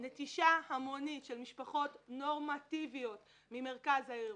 יש נטישה המונית של משפחות נורמטיביות ממרכז העיר.